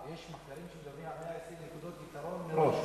יש מחקרים שמראים 120 נקודות פתרון מראש.